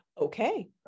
okay